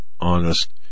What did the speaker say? honest